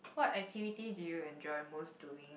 what activity do you enjoy most doing